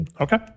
okay